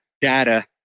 data